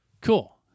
Cool